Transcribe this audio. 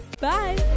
Bye